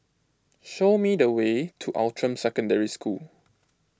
show me the way to Outram Secondary School